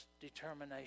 determination